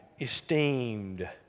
esteemed